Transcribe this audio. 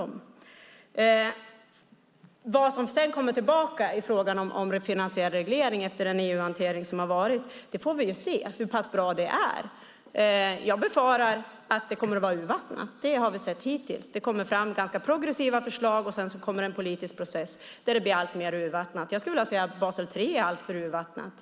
Vi får se vad som kommer tillbaka i frågan om finansiell reglering efter den EU-hantering som har varit och hur pass bra det är. Jag befarar att det kommer att vara urvattnat. Det har vi sett hittills. Det kommer fram ganska progressiva förslag, och sedan kommer en politisk process där det blir alltmer urvattnat. Jag skulle vilja säga att Basel III är alltför urvattnat.